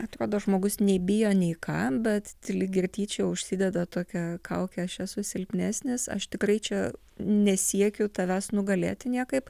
atrodo žmogus nebijo neįkanda lyg ir tyčia užsideda tokią kaukę aš esu silpnesnis aš tikrai čia nesiekiu tavęs nugalėti niekaip